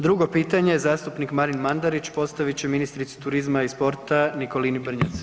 Drugo pitanje zastupnik Marin Mandarić postavit će ministrici turizma i sporta Nikolini Brnjac.